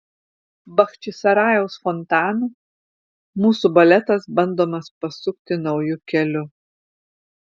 bachčisarajaus fontanu mūsų baletas bandomas pasukti nauju keliu